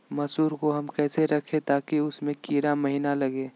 मसूर को हम कैसे रखे ताकि उसमे कीड़ा महिना लगे?